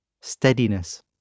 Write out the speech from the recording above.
steadiness